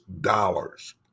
dollars